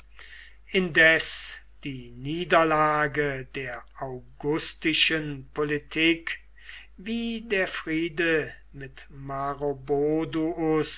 indes die niederlage der augusteischen politik wie der friede mit